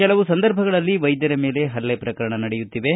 ಕೆಲವು ಸಂದರ್ಭಗಳಲ್ಲಿ ವೈದ್ಯರ ಮೇಲೆ ಪಲ್ಲೆ ಪ್ರಕರಣ ನಡೆಯುತ್ತಿವೆ